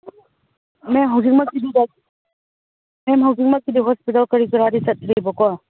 ꯃꯦꯝ ꯍꯧꯖꯤꯛꯃꯛꯀꯤꯗꯤ ꯃꯦꯝ ꯍꯧꯖꯤꯃꯛꯀꯤꯗꯤ ꯍꯣꯁꯄꯤꯇꯥꯜ ꯀꯔꯤ ꯀꯔꯥꯗꯤ ꯆꯠꯇꯦꯕꯀꯣ